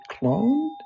cloned